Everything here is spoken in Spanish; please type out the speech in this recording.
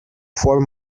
ford